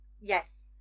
yes